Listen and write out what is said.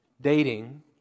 dating